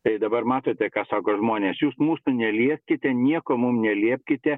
tai dabar matote ką sako žmonės jūs mūsų nelieskite nieko mum neliepkite